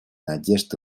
надежд